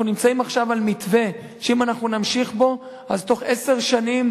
אנחנו נמצאים עכשיו על מתווה שאם נמשיך בו בתוך עשר שנים